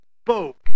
spoke